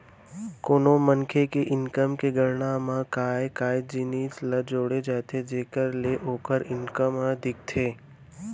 कोनो मनसे के इनकम के गणना म काय काय जिनिस ल जोड़े जाथे जेखर ले ओखर इनकम ह दिखथे?